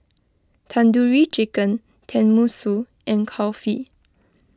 Tandoori Chicken Tenmusu and Kulfi